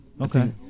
okay